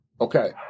Okay